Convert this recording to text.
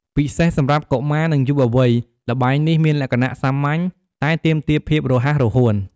ពិសេសសម្រាប់កុមារ និងយុវវ័យ ល្បែងនេះមានលក្ខណៈសាមញ្ញ តែទាមទារភាពរហ័សរហួន។